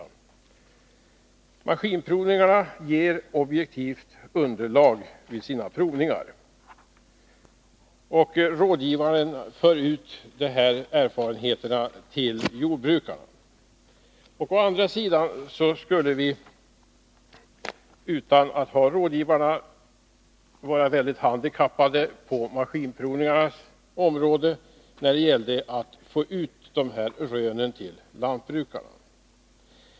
Vid maskinprovningarna får man fram ett objektivt underlag, och rådgivarna för ut erfarenheterna till jordbrukarna. Utan rådgivarna skulle statens maskinprovningar vara mycket handikappade när det gäller att föra vidare provningsresultaten.